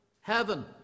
Heaven